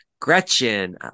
Gretchen